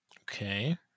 Okay